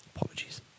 Apologies